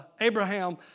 Abraham